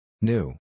New